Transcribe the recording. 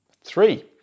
Three